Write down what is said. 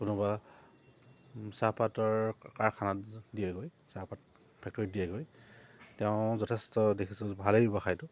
কোনোবা চাহপাতৰ কাৰখানাত দিয়েগৈ চাহপাত ফেকৰীত দিয়েগৈ তেওঁ যথেষ্ট দেখিছোঁ ভালেই ব্যৱসায়টো